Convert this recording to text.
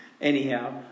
Anyhow